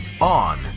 On